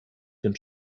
den